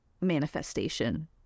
manifestation